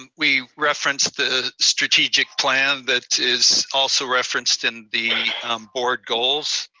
um we referenced the strategic plan that is also referenced in the board goals.